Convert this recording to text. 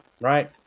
Right